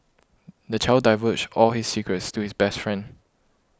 the child divulged all his secrets to his best friend